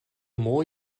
more